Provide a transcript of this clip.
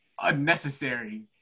unnecessary